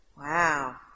Wow